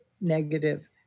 negative